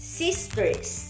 sisters